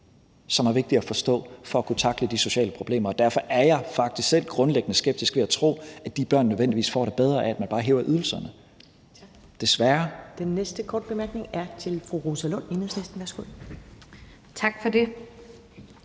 som er vigtig at forstå for at kunne tackle de sociale problemer, og derfor er jeg faktisk selv grundlæggende skeptisk ved at tro, at de børn nødvendigvis får det bedre af, at man bare hæver ydelserne, desværre. Kl. 10:54 Første næstformand (Karen